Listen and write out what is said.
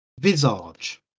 visage